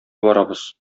барабыз